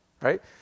right